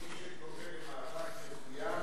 מי שקורא למאבק מזוין,